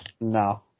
No